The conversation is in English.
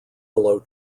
below